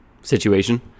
situation